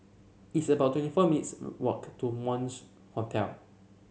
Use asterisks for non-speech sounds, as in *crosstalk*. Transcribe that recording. it's about twenty four minutes' walk to *unintelligible* Hostel